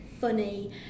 funny